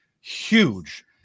huge